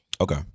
Okay